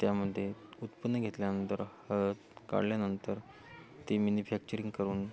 त्यामध्ये उत्पन्न घेतल्यानंतर हळद काढल्यानंतर ती मेन्युफॅक्चरिंग करून